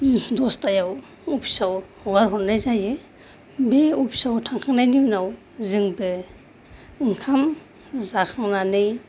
दसथायाव अफिसाव हगार हरनाय जायो बे अफिसाव थांखांनायनि उनाव जोंबो ओंखाम जाखांनानै